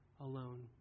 Alone